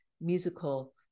musical